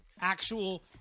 Actual